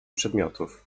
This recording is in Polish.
przedmiotów